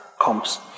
comes